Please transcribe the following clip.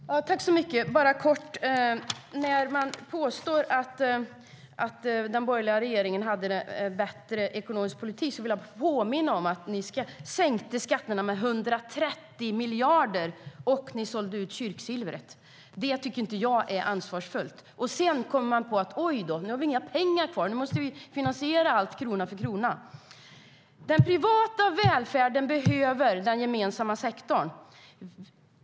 Fru talman! Jag ska fatta mig kort. När man påstår att den borgerliga regeringen hade en bättre ekonomisk politik vill jag påminna om att ni sänkte skatterna med 130 miljarder och sålde ut kyrksilvret. Det tycker inte jag är ansvarsfullt. Sedan kommer man plötsligt på att man inte har några pengar kvar och måste finansiera allt krona för krona. Den privata välfärden behöver den gemensamma sektorn.